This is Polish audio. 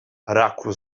raku